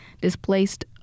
displaced